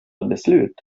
beslut